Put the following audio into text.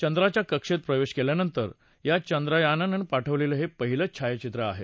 चंद्राच्या कक्षेत प्रवेश केल्यानंतर या चांद्रयानानं पाठवलेलं हे पहिलंच छायाचित्र आहे